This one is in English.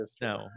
No